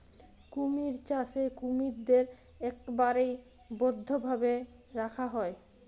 কুমির চাষে কুমিরদ্যার ইকবারে বদ্ধভাবে রাখা হ্যয়